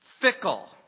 fickle